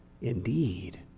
indeed